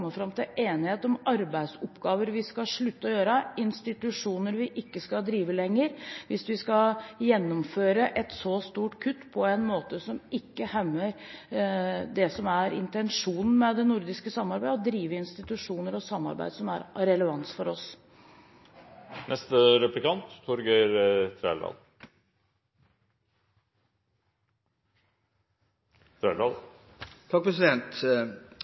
fram til enighet om arbeidsoppgaver vi skal slutte å gjøre, institusjoner vi ikke skal drive lenger – hvis vi skal gjennomføre et så stort kutt på en måte som ikke hemmer det som er intensjonen med det nordiske samarbeidet: å drive institusjoner og samarbeid som er av relevans for oss.